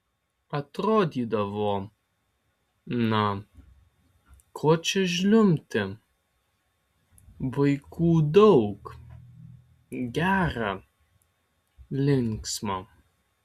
atrodydavo na ko čia žliumbti vaikų daug gera linksma